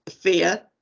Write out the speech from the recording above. fear